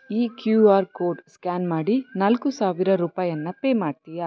ಈ Q R code scan ಮಾಡಿ ನಾಲ್ಕು ಸಾವಿರ ರೂಪಾಯಿಯನ್ನ ಪೇ ಮಾಡ್ತೀಯಾ